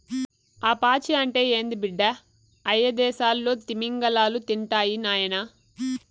ఆ పాచి అంటే ఏంది బిడ్డ, అయ్యదేసాల్లో తిమింగలాలు తింటాయి నాయనా